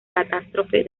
catástrofe